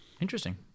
Interesting